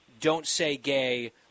don't-say-gay